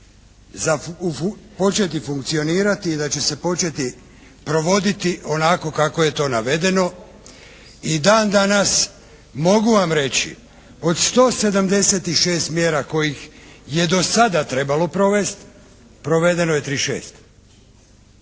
početi funkcionirati i da će se početi provoditi onako kako je to navedeno i dan danas mogu vam reći od 176 mjera kojih je do sada trebalo provesti provedeno je 36